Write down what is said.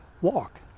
walk